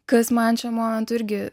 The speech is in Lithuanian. kas man šiuo momentu irgi